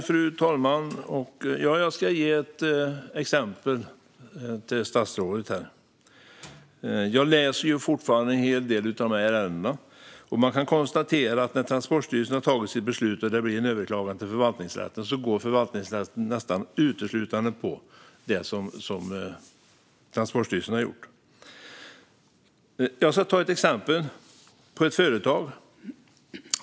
Fru talman! Jag läser fortfarande en hel del av de här ärendena, och man kan konstatera att när Transportstyrelsen har fattat sitt beslut och det blir ett överklagande till förvaltningsrätten går förvaltningsrätten nästan uteslutande på det som Transportstyrelsen har beslutat. Jag ska ge ett exempel till statsrådet.